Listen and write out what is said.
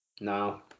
No